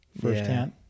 firsthand